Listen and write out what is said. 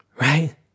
right